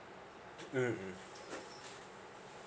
mm